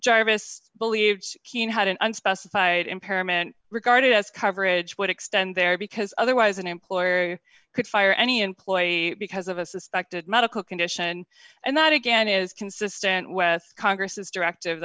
jarvis believes he had an unspecified impairment regarded as coverage would extend there because otherwise an employer could fire any employee because of a suspected medical condition and that again is consistent west's congress's directive